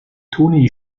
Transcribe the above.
toni